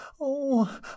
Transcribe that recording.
Oh